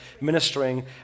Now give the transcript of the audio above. ministering